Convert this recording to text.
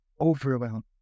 overwhelmed